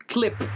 Clip